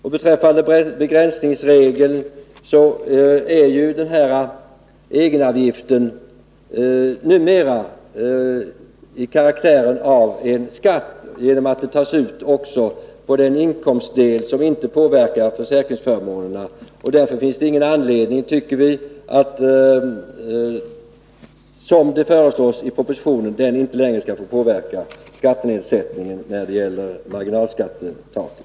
I fråga om begränsningsregeln har ju egenavgiften numera karaktären av en skatt, genom att den tas ut också på den inkomstdel som inte påverkar försäkringsförmånerna. Därför finns det ingen anledning att, som föreslås i propositionen, egenavgiften inte längre skall få påverka skattenedsättningen när det gäller marginalskattetaket.